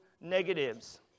negatives